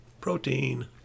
Protein